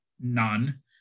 none